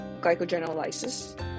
glycogenolysis